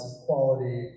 equality